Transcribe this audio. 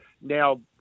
now